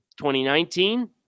2019